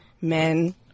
men